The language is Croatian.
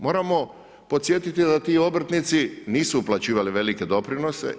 Moramo podsjetiti da ti obrtnici nisu uplaćivali velike doprinose.